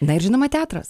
na ir žinoma teatras